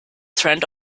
trend